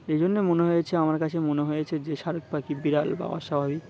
এই জন্যে মনে হয়েছে আমার কাছে মনে হয়েছে যে শালিক পাখি বিড়াল বা অস্বাভাবিক